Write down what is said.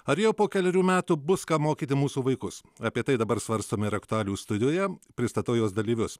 ar jau po kelerių metų bus kam mokyti mūsų vaikus apie tai dabar svarstome ir aktualijų studijoje pristato jos dalyvius